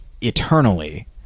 eternally